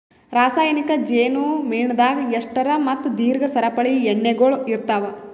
ರಾಸಾಯನಿಕ್ ಜೇನು ಮೇಣದಾಗ್ ಎಸ್ಟರ್ ಮತ್ತ ದೀರ್ಘ ಸರಪಳಿ ಎಣ್ಣೆಗೊಳ್ ಇರ್ತಾವ್